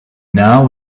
now